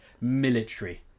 military